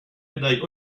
médaille